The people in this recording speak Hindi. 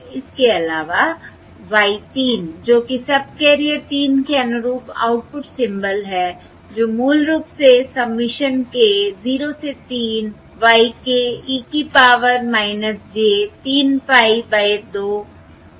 इसके अलावा y 3 जो कि सबकैरियर 3 के अनुरूप आउटपुट सिंबल है जो मूल रूप से सबमिशन k 0 से 3 y k e की power j 3 pie by 2 k है